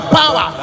power